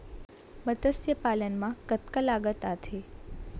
मतस्य पालन मा कतका लागत आथे?